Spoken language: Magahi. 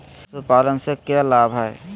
पशुपालन से के लाभ हय?